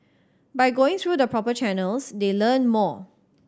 by going through the proper channels they learn more